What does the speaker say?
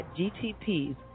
GTPs